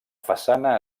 façana